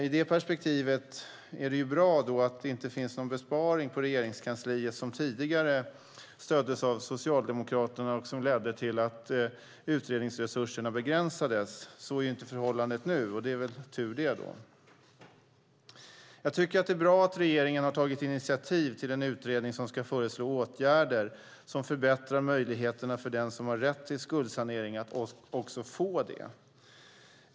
I det perspektivet är det bra att det inte finns någon besparing på Regeringskansliet, något som tidigare stöddes av Socialdemokraterna och som ledde till att utredningsresurserna begränsades. Så är inte förhållandet nu, och det är tur det. Jag tycker att det är bra att regeringen har tagit initiativ till en utredning som ska föreslå åtgärder som förbättrar möjligheterna för den som har rätt till skuldsanering att också få det.